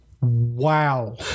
Wow